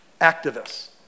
activists